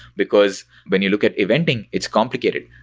because when you look at eventing, it's complicated.